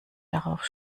darauf